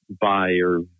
buyer